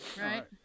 Right